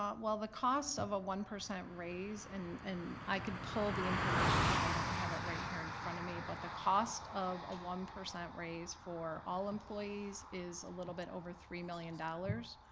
um well the cost of a one percent raise, and and i could pull the information up i don't have it right here in front of me, but the cost of a one percent raise for all employees is a little bit over three million dollars.